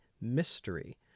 mystery